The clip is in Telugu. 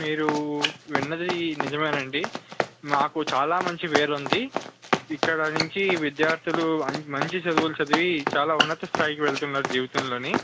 మీరు విన్నది నిజమే అండి మాకు చాలా మంచి పేరు ఉంది ఇక్కడ నుంచి విద్యార్థులు మంచి చదువులు చదివి చాలా ఉన్నత స్థాయికి వెళ్తున్నారు జీవితంలో